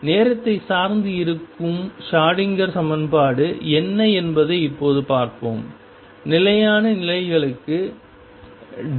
எனவே நேரத்தை சார்ந்து இருக்கும் ஷ்ரோடிங்கர் சமன்பாடு என்ன என்பதை இப்போது பார்ப்போம் நிலையான நிலைகளுக்கு டி